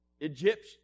Egypt